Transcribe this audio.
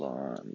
on